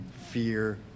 Fear